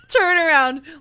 turnaround